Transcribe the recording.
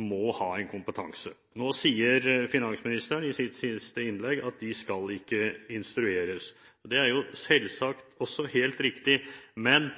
må ha en kompetanse. Nå sier finansministeren i sitt siste innlegg at de ikke skal instrueres. Det er jo selvsagt helt riktig. Men